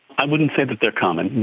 i wouldn't say that they are common.